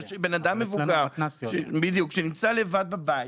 בן אדם מבוגר שנמצא לבד בבית,